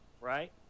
Right